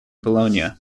bologna